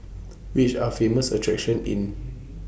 Which Are The Famous attractions in